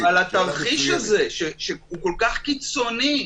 אבל התרחיש הזה שהוא כל כך קיצוני,